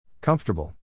Comfortable